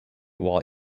while